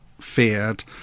feared